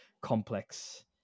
complex